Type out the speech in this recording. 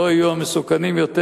לא יהיו המסוכנים יותר,